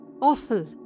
awful